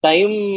Time